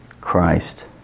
Christ